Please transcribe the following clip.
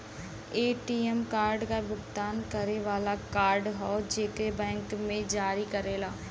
ATM card एक भुगतान करे वाला कार्ड हौ जेके बैंक जारी करेला